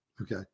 Okay